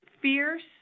fierce